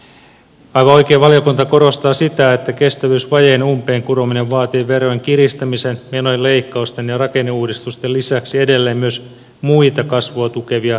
aivan oikein valiokunta korostaa sitä että kestävyysvajeen umpeen kurominen vaatii verojen kiristämisen menojen leikkausten ja rakenneuudistusten lisäksi edelleen myös muita kasvua tukevia toimenpiteitä